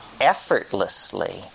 effortlessly